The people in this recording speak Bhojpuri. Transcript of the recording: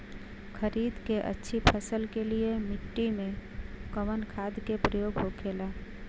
खरीद के अच्छी फसल के लिए मिट्टी में कवन खाद के प्रयोग होखेला?